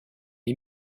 est